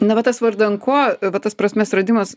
na va tas vardan ko va tas prasmės radimas